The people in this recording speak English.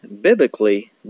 biblically